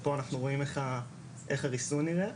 פה אנחנו רואים איך הריסון נראה.